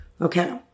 Okay